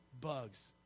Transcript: bugs